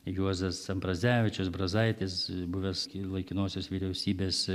juozas ambrazevičiusbrazaitis buvęs laikinosios vyriausybės